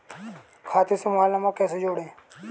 खाते से mobile number कैसे जोड़ें?